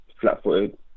flat-footed